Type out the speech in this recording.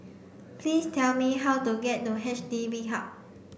please tell me how to get to H D B Hub